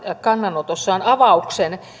kannanotossaan avauksen